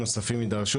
יידרשו?